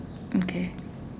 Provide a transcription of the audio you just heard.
okay